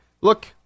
look